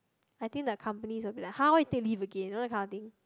I think the company is a bit like !hah! how you take leave again you know that kind of thing